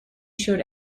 showed